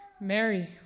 Mary